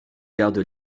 garde